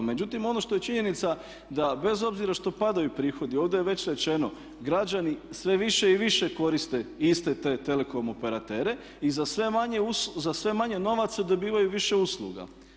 Međutim, ono što je činjenica da bez obzira što padaju prihodi ovdje je već rečeno građani sve više i više koriste iste te telekom operatere i za sve manje novaca dobivaju više usluga.